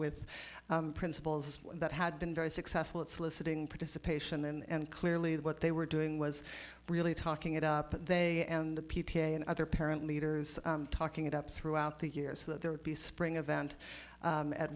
with principals that had been very successful at soliciting participation and clearly what they were doing was really talking it up and they and the p t a and other parent leaders talking it up throughout the years that there would be a spring event